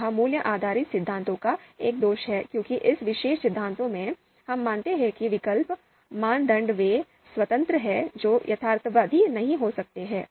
यह मूल्य आधारित सिद्धांतों का एक और दोष है क्योंकि इस विशेष सिद्धांत में हम मानते हैं कि विकल्प मानदंड वे स्वतंत्र हैं जो यथार्थवादी नहीं हो सकते हैं